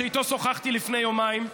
שאיתו שוחחתי לפני יומיים,